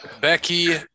Becky